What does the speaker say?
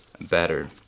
better